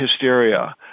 hysteria